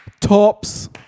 tops